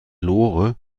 lore